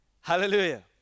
Hallelujah